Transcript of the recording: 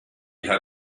had